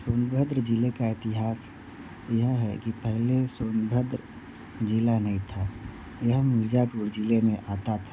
सोनभद्र ज़िले का इतिहास यह है की पहले सोनभद्र ज़िला नहीं था यह मीरजापुर ज़िले में आता था